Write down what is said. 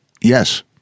Yes